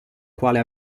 quale